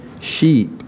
sheep